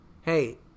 hey